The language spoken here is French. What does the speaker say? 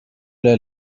aller